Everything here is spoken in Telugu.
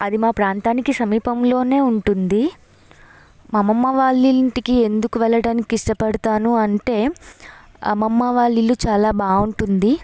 అది మా ప్రాంతానికి సమీపంలో ఉంటుంది మా అమ్మమ్మ వాళ్ళ ఇంటికి ఎందుకు వెళ్ళడానికి ఇష్టపడతాను అంటే అమ్మమ్మ వాళ్ళ ఇల్లు చాలా బాగుంటుంది